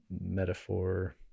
metaphor